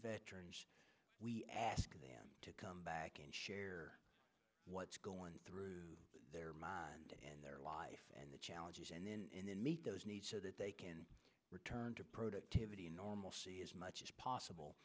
today we ask them to come back and share what's going through their mind and their life and the challenges and then meet those needs so that they can return to productivity normalcy as much as possible